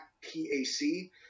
P-A-C